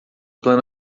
plano